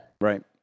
Right